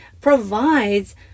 provides